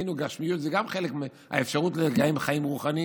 ואצלנו גשמיות היא גם חלק מהאפשרות לקיים חיים רוחניים.